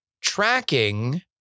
Tracking